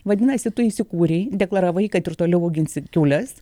vadinasi tu įsikūrei deklaravai kad ir toliau auginsit kiaules